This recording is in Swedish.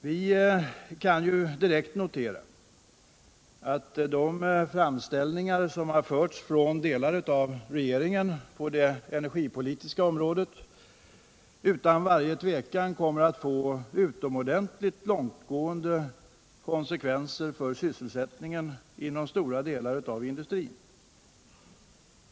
Vi kan ju direkt notera att de framställningar som har gjorts från delar av regeringen på det energipolitiska området utan varje tvivel kommer att få utomordentligt långtgående konsekvenser för sysselsättningen inom stora delar av industrin.